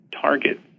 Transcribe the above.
target